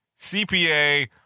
CPA